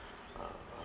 a a